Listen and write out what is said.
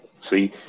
See